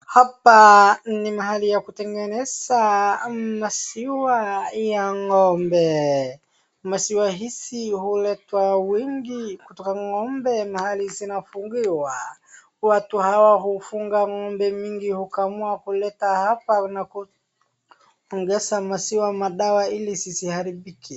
Hapa ni mahali ya kutengeneza maziwa ya ng'ombe. Maziwa hizi huletwa kwa wingi kutoka ng'ombe mahali zinafungiwa. Watu hawa hufunga ng'ombe mingi hukamua kuleta hapa na kuongeza maziwa madawa ili zisiharibike.